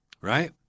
right